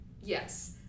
Yes